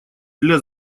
для